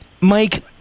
Mike